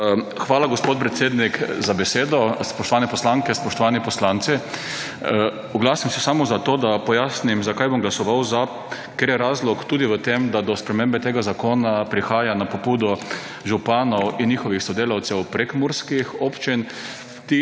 Hvala, gospod predsednik za besedo. Spoštovane poslanke, spoštovani poslanci! Oglasil sem samo zato, da pojasnim zakaj bom glasoval za. Ker je razlog tudi vem, da do spremembe tega zakona prihaja na pobudo županov in njihovih sodelavcev prekmurskih občin.